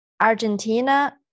Argentina